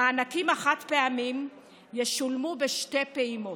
המענקים החד-פעמיים ישולמו בשתי פעימות,